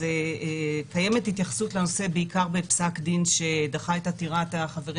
קיימת התייחסות לנושא בעיקר בפסק דין שדחה את עתירת החברים